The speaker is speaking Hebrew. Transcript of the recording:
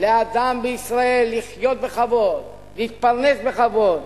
לאדם בישראל לחיות בכבוד, להתפרנס בכבוד,